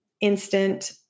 instant